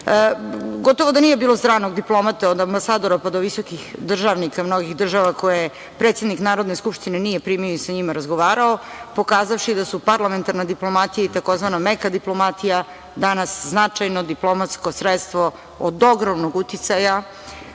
Gotovo da nije bilo stranog diplomate, od ambasadora pa do visokih državnika mnogih država, koje predsednik Narodne skupštine nije primio i sa njima razgovarao, pokazavši da su parlamentarna diplomatija i tzv. meka diplomatija danas značajno diplomatsko sredstvo, od ogromnog uticaja